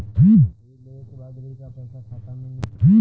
ऋण लेवे के बाद ऋण का पैसा खाता में मिली?